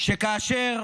שכאשר